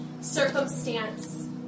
circumstance